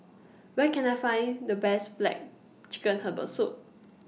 Where Can I Find The Best Black Chicken Herbal Soup